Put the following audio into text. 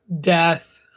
death